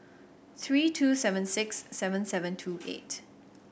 three two seven six seven seven two eight